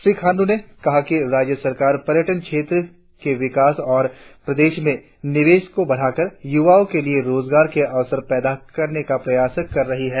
श्री खांड् ने कहा कि राज्य सरकार पर्यटन क्षेत्र के विकास और प्रदेश में निवेश को बढ़ाकर युवाओ के लिए रोजगार के अवसर पैदा करने का प्रयास कर रही है